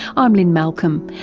i'm lynne malcolm,